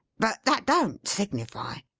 but that don't signify.